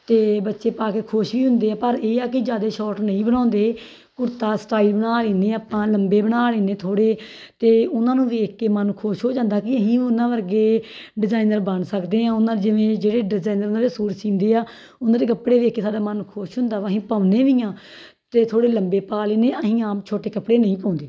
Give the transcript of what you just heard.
ਅਤੇ ਬੱਚੇ ਪਾ ਕੇ ਖੁਸ਼ ਵੀ ਹੁੰਦੇ ਆ ਪਰ ਇਹ ਆ ਕਿ ਜ਼ਿਆਦਾ ਸ਼ੋਰਟ ਨਹੀਂ ਬਣਾਉਂਦੇ ਕੁੜਤਾ ਸਟਾਈਲ ਬਣਾ ਲੈਂਦੇ ਆਪਾਂ ਲੰਬੇ ਬਣਾ ਲੈਂਦੇ ਥੋੜ੍ਹੇ ਅਤੇ ਉਹਨਾਂ ਨੂੰ ਵੇਖ ਕੇ ਮਨ ਖੁਸ਼ ਹੋ ਜਾਂਦਾ ਕਿ ਅਸੀਂ ਵੀ ਉਹਨਾਂ ਵਰਗੇ ਡਿਜਾਇਨਰ ਬਣ ਸਕਦੇ ਹਾਂ ਉਹਨਾਂ ਜਿਵੇਂ ਜਿਹੜੇ ਡਿਜ਼ਾਇਨਰ ਉਹਨਾਂ ਦੇ ਸੂਟ ਸਿਉਂਦੇ ਆ ਉਹਨਾਂ ਦੇ ਕੱਪੜੇ ਵੇਖ ਕੇ ਸਾਡਾ ਮਨ ਨੂੰ ਖੁਸ਼ ਹੁੰਦਾ ਵਾ ਅਸੀਂ ਪਾਉਂਦੇ ਵੀ ਹਾਂ ਅਤੇ ਥੋੜ੍ਹੇ ਲੰਬੇ ਪਾ ਲੈਂਦੇ ਅਸੀਂ ਆਮ ਛੋਟੇ ਕੱਪੜੇ ਨਹੀਂ ਪਾਉਂਦੇ